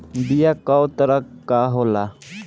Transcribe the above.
बीया कव तरह क होला?